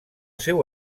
seu